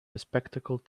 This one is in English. bespectacled